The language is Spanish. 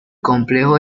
complejo